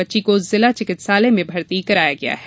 बच्ची को जिला चिकित्सालय में भर्ती कराया गया है